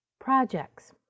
projects